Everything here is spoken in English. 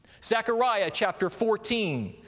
zechariah, chapter fourteen,